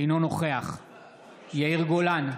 אינו נוכח יאיר גולן,